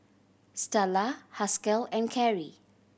Stella Haskell and Kerrie